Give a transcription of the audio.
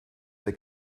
that